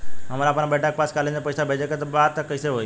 हमरा अपना बेटा के पास कॉलेज में पइसा बेजे के बा त कइसे होई?